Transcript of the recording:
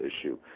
issue